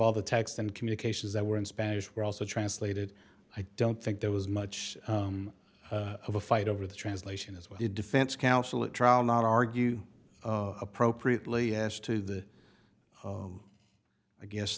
all the text and communications that were in spanish were also translated i don't think there was much of a fight over the translation is what the defense counsel at trial not argue appropriately as to the i guess